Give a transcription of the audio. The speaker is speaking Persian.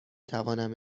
توانم